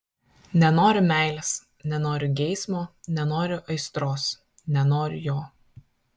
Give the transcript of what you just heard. nenoriu meilės nenoriu geismo nenoriu aistros nenoriu jo